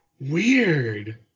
Weird